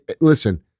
listen